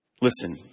listen